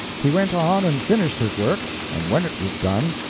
he went on and finished his work and when it was done,